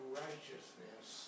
righteousness